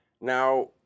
Now